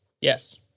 Yes